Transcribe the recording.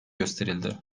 gösterildi